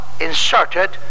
inserted